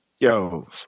Yo